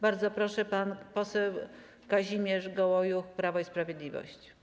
Bardzo proszę, pan poseł Kazimierz Gołojuch, Prawo i Sprawiedliwość.